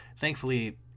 thankfully